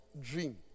dream